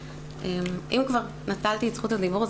אם כבר נטלתי את זכות הדיבור,